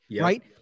right